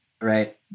right